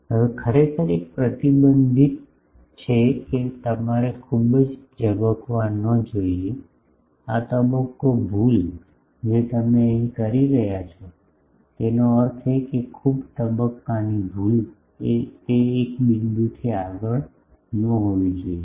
હવે ખરેખર એક પ્રતિબંધ છે કે તમારે ખૂબ જ ઝબકવા ન જોઈએ કે આ તબક્કો ભૂલ જે તમે અહીં કરી રહ્યા છો તેનો અર્થ એ કે આ ખૂબ તબક્કોની ભૂલ તે એક બિંદુથી આગળ ન હોવી જોઈએ